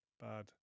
Bad